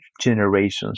generations